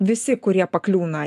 visi kurie pakliūna